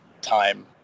time